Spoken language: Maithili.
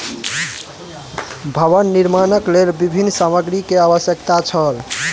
भवन निर्माणक लेल विभिन्न सामग्री के आवश्यकता छल